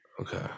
Okay